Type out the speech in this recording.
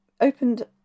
opened